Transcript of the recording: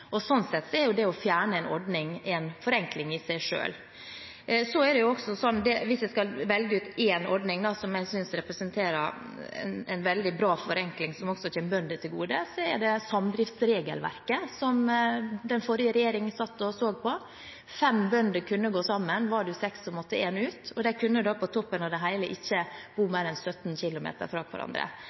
å fjerne en ordning en forenkling i seg selv. Hvis jeg skal velge ut én ordning som jeg synes representerer en veldig bra forenkling, som også kommer bønder til gode, er det samdriftsregelverket, som den forrige regjeringen satt og så på. Fem bønder kunne gå sammen. Hvis det var seks, måtte én ut, og de kunne på toppen av det hele ikke bo mer enn 17 km fra hverandre.